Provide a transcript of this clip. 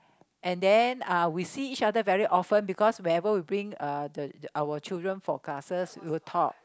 and then uh we see each other very often because whenever we bring uh the our children for classes we will talk